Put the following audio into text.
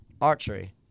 archery